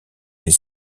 les